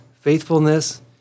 faithfulness